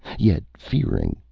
yet, fearing,